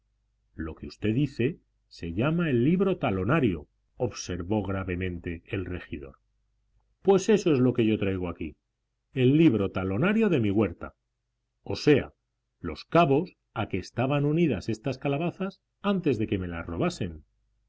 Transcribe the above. lo que usted dice se llama el libro talonario observó gravemente el regidor pues eso es lo que yo traigo aquí el libro talonario de mi huerta o sea los cabos a que estaban unidas estas calabazas antes de que me las robasen